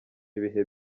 ibihe